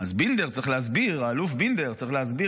אז האלוף בינדר צריך להסביר,